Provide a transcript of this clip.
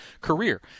career